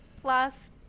plus